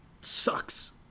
sucks